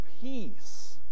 peace